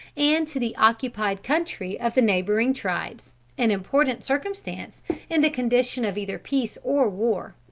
and to the occupied country of the neighboring tribes an important circumstance in the condition of either peace or war.